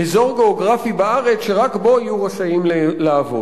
אזור גיאוגרפי שרק בו יהיו רשאים לעבוד.